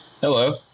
Hello